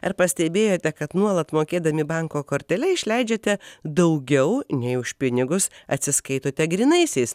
ar pastebėjote kad nuolat mokėdami banko kortele išleidžiate daugiau nei už pinigus atsiskaitote grynaisiais